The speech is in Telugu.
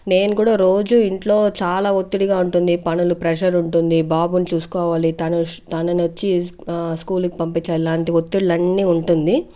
నేను కూడా రోజు ఇంట్లో చాలా ఒత్తిడిగా ఉంటుంది పనులు ప్రెజర్ ఉంటుంది బాబుని చూసుకోవాలి తనుష్ తనను వచ్చి స్కూల్కి పంపించాలి ఇలాంటి ఒత్తిడలన్నీ ఉంటుంది